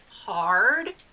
hard